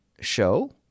show